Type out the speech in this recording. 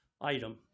item